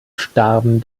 starben